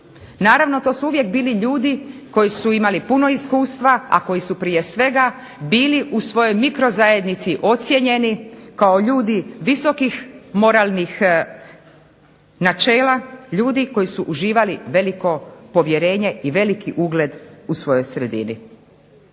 Naravno to su uvijek bili ljudi koji su imali puno iskustva, a koji su prije svega bili u svojoj mikro zajednici ocijenjeni kao ljudi visokih moralnih načela, ljudi koji su uživali veliko povjerenje i veliki ugled u svojoj sredini.